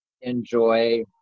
enjoy